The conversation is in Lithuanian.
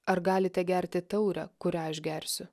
ar galite gerti taurę kurią aš gersiu